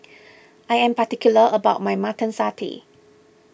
I am particular about my Mutton Satay